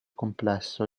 complesso